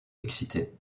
excités